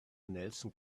nelson